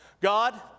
God